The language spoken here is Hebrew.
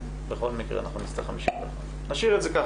בכל מקרה אנחנו נצטרך 51, נשאיר את זה ככה.